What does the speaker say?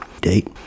date